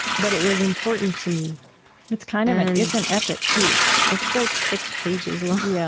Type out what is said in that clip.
but it was important to me it's kind of and it's an epic piece it's like six pages long. yeah